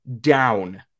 down